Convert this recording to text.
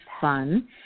fun